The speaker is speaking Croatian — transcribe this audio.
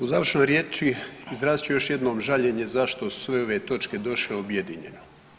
U završnoj riječi izrazit ću još jednom žaljenje zašto su sve ove točke došle objedinjene.